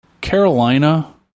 Carolina